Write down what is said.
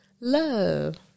love